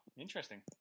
interesting